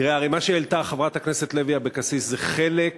תראה, הרי מה שהעלתה חברת הכנסת לוי אבקסיס זה חלק